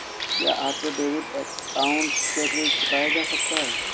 क्या auto debit account से ऋण चुकाया जा सकता है?